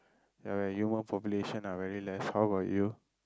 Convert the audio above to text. ya where human population are very less how about you